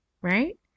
right